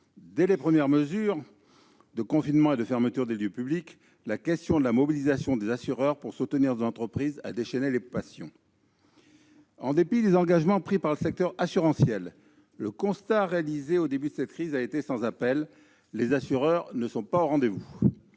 Dès les premières mesures de confinement et de fermeture des lieux publics, la question de la mobilisation des assureurs pour soutenir nos entreprises a déchaîné les passions. En dépit des engagements pris par le secteur assurantiel, le constat réalisé au début de la crise a été sans appel : les assureurs ne sont pas au rendez-vous.